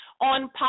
on